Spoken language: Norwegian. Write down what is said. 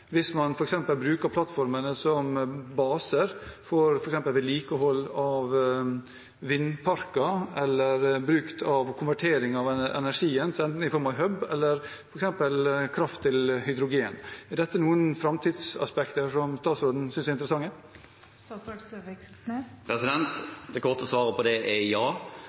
hvis man f.eks. bruker plattformene som baser for vedlikehold av vindparker eller til konvertering av energien, enten i form av en «hub» eller f.eks. kraft til hydrogen. Er dette framtidsaspekter som statsråden synes er interessante? Det korte svaret på det er ja.